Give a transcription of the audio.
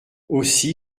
aussi